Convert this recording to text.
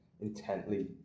intently